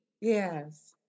Yes